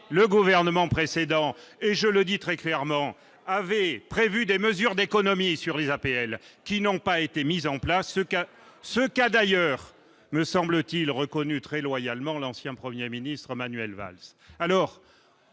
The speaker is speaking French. le gouvernement précédent et je le dis très clairement, avait prévu des mesures d'économies sur les APL qui n'ont pas été mis en place ce cas ce qu'a d'ailleurs, me semble-t-il reconnu, très loyalement l'ancien 1er ministre Manuel Valls